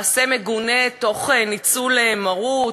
מעשה מגונה תוך ניצול מרות,